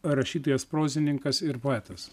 rašytojas prozininkas ir poetas